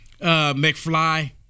McFly